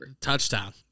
touchdown